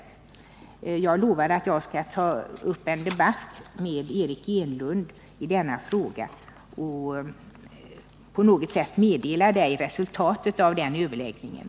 Jag lovar att jag skall ta upp denna fråga med Eric Enlund och på något sätt meddela Margot Håkansson resultatet av våra överläggningar.